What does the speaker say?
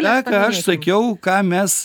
tą ką aš sakiau ką mes